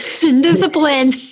discipline